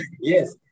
yes